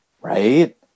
Right